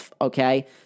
Okay